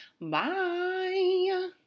Bye